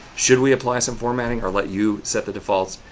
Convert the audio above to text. should we apply some formatting or let you set the defaults?